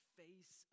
face